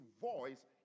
voice